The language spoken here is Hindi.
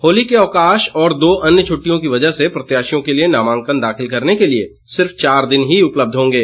होली के अवकाश और दो अन्य छुट्टियों की वजह से प्रत्यााशियों के लिए नामांकन दाखिल करने के लिए सिर्फ चार दिन ही उपलब्ध होंगे